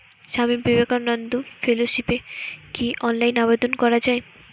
স্বামী বিবেকানন্দ ফেলোশিপে কি অনলাইনে আবেদন করা য়ায়?